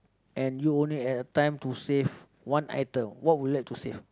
and you only had time to save one item what would you like to save